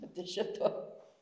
apie šėtoną